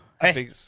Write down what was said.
hey